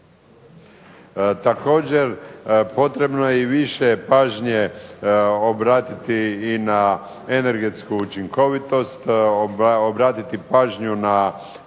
Također potrebno je i više pažnje obratiti i na energetsku učinkovitost, obratiti pažnju na